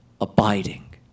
abiding